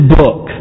book